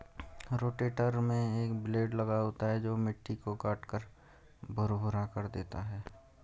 rotator में एक blade लगा होता है जो मिट्टी को काटकर भुरभुरा कर देता है